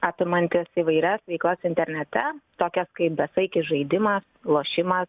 apimantis įvairias veiklas internete tokias kaip besaikis žaidimas lošimas